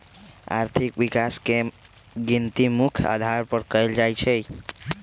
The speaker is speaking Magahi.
आर्थिक विकास के गिनती मुख्य अधार पर कएल जाइ छइ